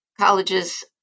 colleges